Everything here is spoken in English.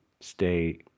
stay